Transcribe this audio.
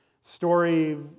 story